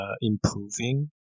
improving